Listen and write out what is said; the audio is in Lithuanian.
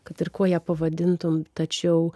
kad ir kuo ją pavadintum tačiau